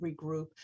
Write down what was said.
regroup